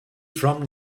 from